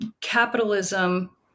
Capitalism